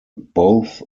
both